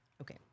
Okay